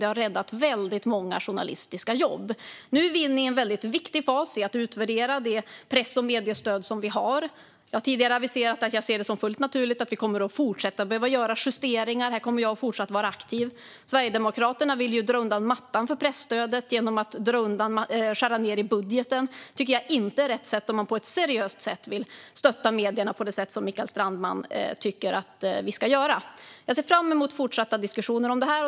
Det har räddat väldigt många journalistiska jobb. Nu är vi inne i en väldigt viktig fas med att utvärdera det press och mediestöd som vi har. Jag har tidigare aviserat att jag ser det som fullt naturligt att vi kommer att behöva fortsätta göra justeringar. Här kommer jag fortsatt att vara aktiv. Sverigedemokraterna vill ju dra undan mattan för presstödet genom att skära ned i budgeten. Det tycker jag inte är rätt sätt om man på ett seriöst sätt vill stötta medierna, så som Mikael Strandman tycker att vi ska göra. Jag ser fram emot fortsatta diskussioner om det här.